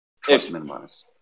trust-minimized